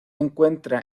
encuentra